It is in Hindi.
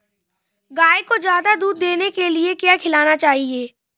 गाय को ज्यादा दूध देने के लिए क्या खिलाना चाहिए?